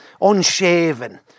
unshaven